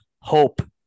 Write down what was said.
Hope